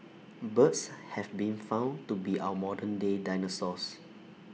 birds have been found to be our modern day dinosaurs